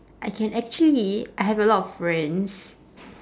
I can actually I have a lot of friends